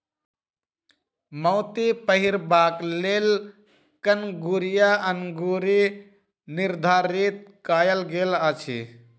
मोती पहिरबाक लेल कंगुरिया अंगुरी निर्धारित कयल गेल अछि